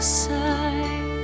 side